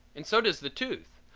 and so does the tooth.